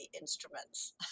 instruments